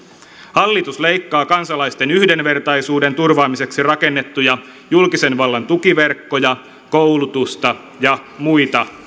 hallitus leikkaa kansalaisten yhdenvertaisuuden turvaamiseksi rakennettuja julkisen vallan tukiverkkoja koulutusta ja muita